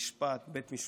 בית המשפט העליון,